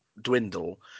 dwindle